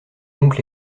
donc